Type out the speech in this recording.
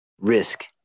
risk